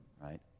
Right